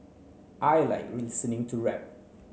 I like listening to rap